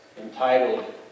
entitled